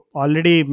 already